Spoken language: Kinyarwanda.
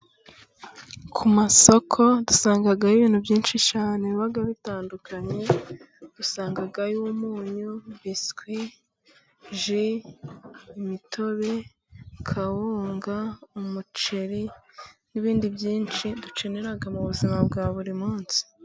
Ku masoko dusangayo ibintu byinshi cyane biba bitandukanye, dusangayo umunyu, biswi, ji, imitobe, kawunga, umuceri n'ibindi byinshi dukenera mu buzima bwa buri munsi.